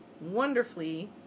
wonderfully